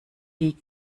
die